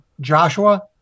Joshua